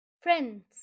Friends